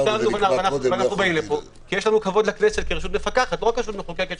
כי יש לנו כבוד לכנסת כרשות מפקחת לא רק מחוקקת.